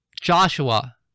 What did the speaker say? Joshua